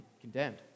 condemned